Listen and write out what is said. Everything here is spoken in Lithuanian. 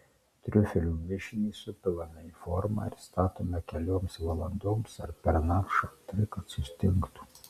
triufelių mišinį supilame į formą ir statome kelioms valandoms ar pernakt šaltai kad sustingtų